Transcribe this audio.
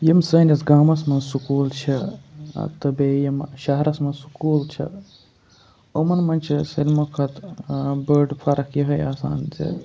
یِم سٲنِس گامَس مَنٛز سکوٗل چھِ تہٕ بیٚیہِ یِم شَہرَس مَنٛز سکوٗل چھِ یِمَن مَنٛز چھِ ساروی کھۄتہِ بٔڑ فَرَق یِہےآسان زِ